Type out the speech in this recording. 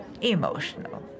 Emotional